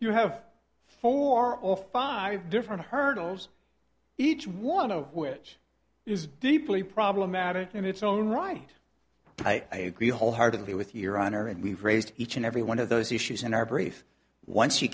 you have four or five different hurdles each one of which is deeply problematic in its own right i wholeheartedly with your honor and we've raised each and every one of those issues in our brief once you